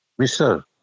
Mr